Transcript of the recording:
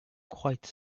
quite